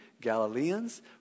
Galileans